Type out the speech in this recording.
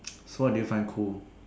so what do you find cool